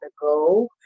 go